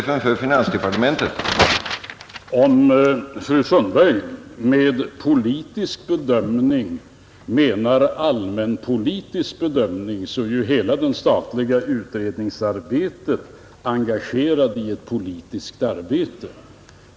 Herr talman! Om fru Sundberg med politisk bedömning menar allmänpolitisk bedömning, så är ju hela det statliga utredningsväsendet engagerat i ett politiskt arbete.